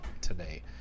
today